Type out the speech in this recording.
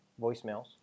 voicemails